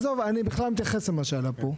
עזוב אני בכלל לא מתייחס למה שעלה פה,